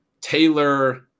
Taylor